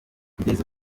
kugeza